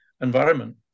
environment